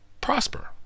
prosper